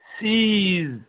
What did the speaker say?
sees